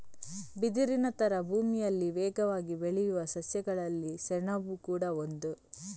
ಬಿದಿರಿನ ತರ ಭೂಮಿಯಲ್ಲಿ ವೇಗವಾಗಿ ಬೆಳೆಯುವ ಸಸ್ಯಗಳಲ್ಲಿ ಸೆಣಬು ಕೂಡಾ ಒಂದು